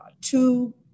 two